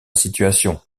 situation